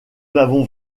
n’avons